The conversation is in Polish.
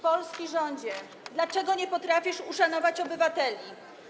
Polski rządzie, dlaczego nie potrafisz uszanować obywateli?